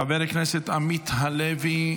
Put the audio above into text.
חבר הכנסת עמית הלוי,